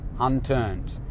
unturned